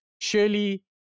surely